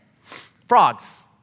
Frogs